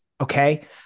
Okay